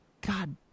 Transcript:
God